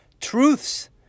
truths